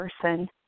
person